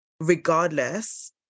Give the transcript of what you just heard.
regardless